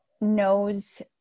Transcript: knows